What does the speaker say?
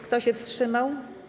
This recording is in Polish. Kto się wstrzymał?